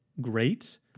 great